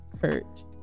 Kurt